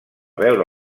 veure